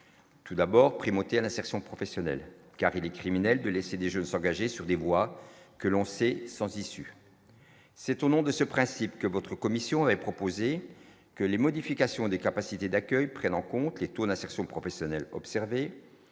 tout d'abord, primauté à l'insertion professionnelle, car il est criminel de laisser des jeunes s'engager sur des voies que l'on sait sans issue, c'est au nom de ce principe que votre commission avait proposé que les modifications des capacités d'accueil prennent en compte les Nasser sont professionnels observer